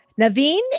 Naveen